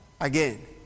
again